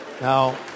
Now